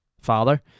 father